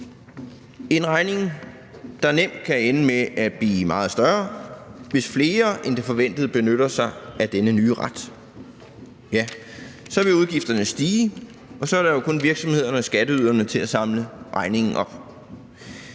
en regning, der nemt kan ende med at blive meget større, hvis flere end forventet benytter sig af denne nye ret, for så vil udgifterne stige, og så er der jo kun virksomhederne og skatteyderne til at samle regningen op.